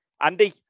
Andy